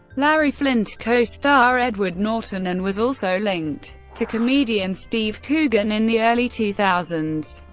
larry flynt co-star edward norton, and was also linked to comedian steve coogan in the early two thousand